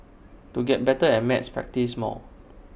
to get better at maths practise more